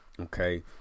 Okay